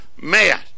man